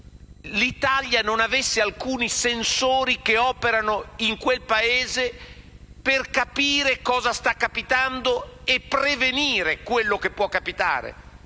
l'Italia non avesse alcuni "sensori" che operano in quel Paese per capire cosa sta accadendo e prevenire quello che può capitare?